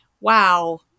wow